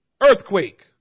earthquake